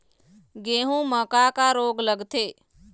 गेहूं म का का रोग लगथे?